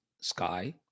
sky